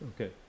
Okay